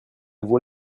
vaut